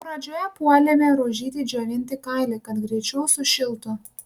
pradžioje puolėme rožytei džiovinti kailį kad greičiau sušiltų